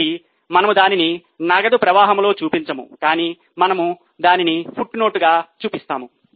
కాబట్టి మనము దానిని నగదు ప్రవాహంలో చూపించము కాని మనము దానిని ఫుట్నోట్గా చూపిస్తాము